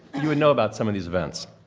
you would know about some of these events.